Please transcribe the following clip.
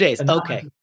Okay